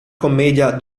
commedia